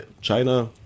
China